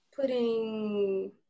putting